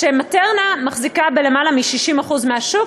כש"מטרנה" מחזיקה בלמעלה מ-60% מהשוק.